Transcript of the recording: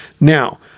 Now